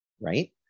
right